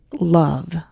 love